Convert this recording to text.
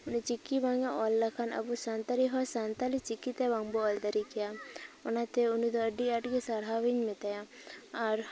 ᱩᱱᱤ ᱪᱤᱠᱤ ᱵᱟᱝ ᱚᱞ ᱞᱮᱠᱷᱟᱱ ᱟᱹᱵᱚ ᱥᱟᱱᱛᱟᱲᱤ ᱦᱚᱲ ᱥᱟᱱᱛᱟᱲᱤ ᱪᱤᱠᱤ ᱛᱮ ᱵᱟᱝ ᱵᱚ ᱚᱞ ᱫᱟᱲᱮ ᱠᱮᱭᱟ ᱚᱱᱟ ᱛᱮ ᱩᱱᱤ ᱫᱚ ᱟᱹᱰᱤ ᱟᱸᱴ ᱜᱮ ᱥᱟᱨᱦᱟᱣ ᱤᱧ ᱢᱮᱛᱟᱭᱟ ᱟᱨ